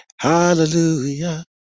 hallelujah